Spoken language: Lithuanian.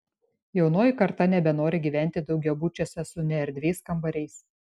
jaunoji karta nebenori gyventi daugiabučiuose su neerdviais kambariais